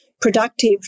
productive